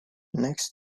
next